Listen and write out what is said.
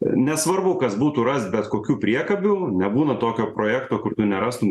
nesvarbu kas būtų ras bet kokių priekabių nebūna tokio projekto kur tu nerastum